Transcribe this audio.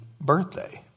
birthday